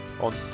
on